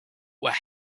were